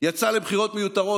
יצא לבחירות מיותרות,